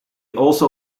also